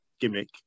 gimmick